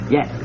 Yes